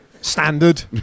Standard